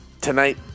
Tonight